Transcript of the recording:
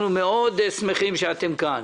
אנחנו מאוד שמחים שאתם כאן.